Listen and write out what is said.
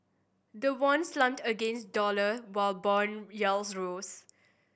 the won slumped against the dollar while bond yields rose